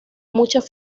muchas